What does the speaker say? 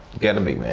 gotta be, man.